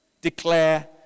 Declare